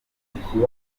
ushyizemo